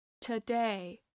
Today